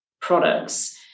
products